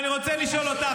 אני רוצה לשאול אותך,